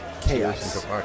chaos